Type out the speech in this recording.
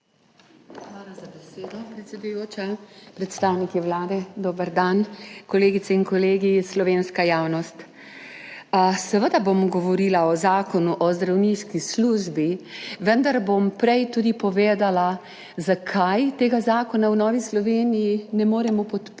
Hvala za besedo, predsedujoča. Predstavniki Vlade, dober dan, kolegice in kolegi, slovenska javnost. Seveda bom govorila o Zakonu o zdravniški službi, vendar bom prej tudi povedala, zakaj tega zakona v Novi Sloveniji ne moremo podpreti